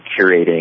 curating